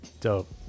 dope